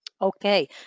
Okay